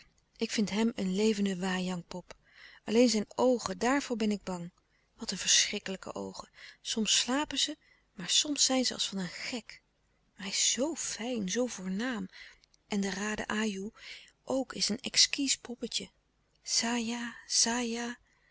ik vind hem een levende wagangpop alleen zijn oogen daarvoor ben ik bang wat een verschrikkelijke oogen soms slapen ze maar soms zijn ze als van een gek maar hij is zoo fijn zoo voornaam en de raden ajoe ook is een exquis poppetje saja saja